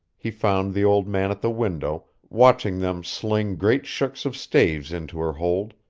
he found the old man at the window watching them sling great shooks of staves into her hold,